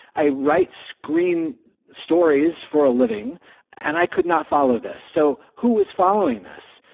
i write screen stories for a living and i could not follow this so who is following this?